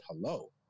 hello